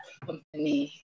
company